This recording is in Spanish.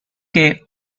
que